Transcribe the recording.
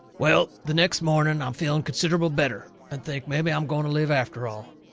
well, the next morning i'm feeling considerable better, and think mebby i'm going to live after all.